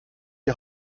die